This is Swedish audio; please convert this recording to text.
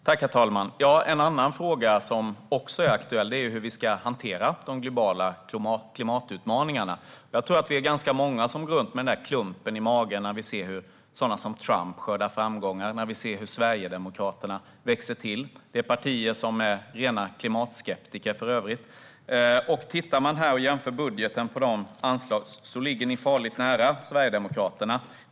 Herr talman! En annan aktuell fråga är hur vi ska hantera de globala klimatutmaningarna. Jag tror att vi är ganska många som går runt med den där klumpen i magen när vi ser att sådana som Trump skördar framgångar och att Sverigedemokraterna växer till. Deras partier är för övrigt rena klimatskeptiker. När man jämför budgeten för de här anslagsposterna ligger ni farligt nära Sverigedemokraterna, Jesper Skalberg Karlsson.